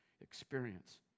experience